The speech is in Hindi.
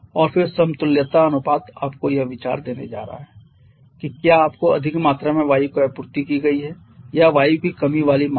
और फिर समतुल्यता अनुपात आपको यह विचार देने जा रहा है कि क्या आपको अधिक मात्रा में वायु की आपूर्ति की गई है या वायु की कमी वाली मात्रा